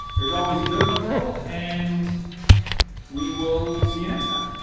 there's always good in the world. and we will see you next time.